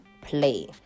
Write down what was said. play